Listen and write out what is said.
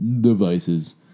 devices